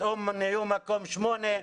פתאום נהיו מקום שמונה,